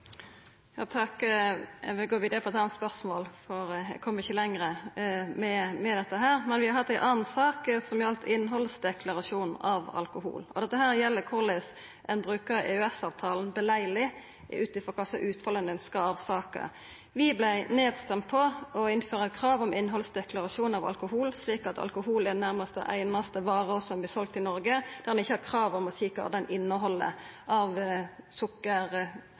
vidare til eit anna spørsmål, for eg kjem ikkje lenger med dette. Vi har hatt ei anna sak, som gjeld innhaldsdeklarasjon av alkohol. Det gjeld korleis ein brukar EØS-avtalen lagleg, ut frå kva slags utfall ein ønskjer av saka. Vi vart stemde ned på å innføra krav om innhaldsdeklarasjon av alkohol, slik at alkohol nærmast er den einaste varen som vert seld i Noreg der ein ikkje har krav om å seia kva ho inneheld, av sukker